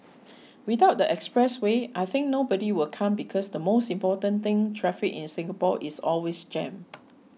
without the expressway I think nobody will come because the most important thing traffic in Singapore is always jammed